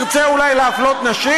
אתה רוצה שהשופט ירצה אולי להפלות נשים?